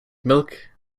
milk